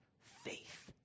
faith